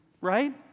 right